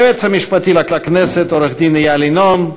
היועץ המשפטי לכנסת עורך-דין איל ינון,